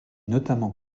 notamment